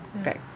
Okay